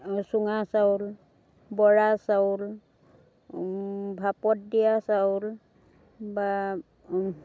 চুঙা চাউল বৰা চাউল ভাপত দিয়া চাউল বা